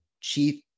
chief